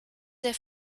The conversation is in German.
einer